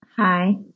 Hi